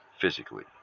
physically